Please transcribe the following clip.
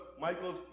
Michael's